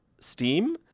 steam